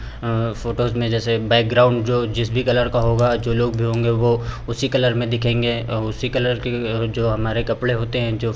photos में जैसे background जो जिस भी कलर का होगा जो लोग भी होंगे वह उसी कलर में दिखेंगे उसी कलर के जो हमारे कपड़े होते हैं जो